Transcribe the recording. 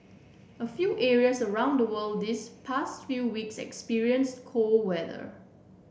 a few areas around the world this past few weeks experience cold weather